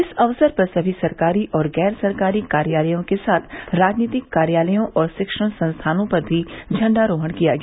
इस अवसर पर समी सरकारी और गैर सरकारी कार्यालयों के साथ राजनीतिक कार्यालयों और शिक्षण संस्थानों पर भी झंडारोहण किया गया